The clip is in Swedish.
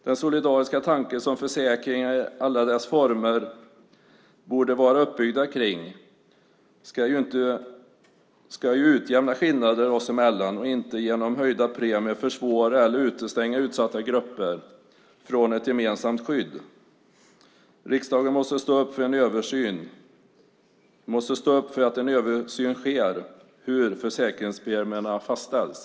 Den solidariska tanke som försäkringar i alla dess former borde vara uppbyggda kring är ju att utjämna skillnader oss emellan och inte att genom höjda premier försvåra eller utestänga utsatta grupper från ett gemensamt skydd. Riksdagen måste stå upp för att en översyn sker hur försäkringspremier fastställs.